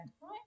right